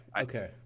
okay